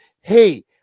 hey